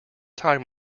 time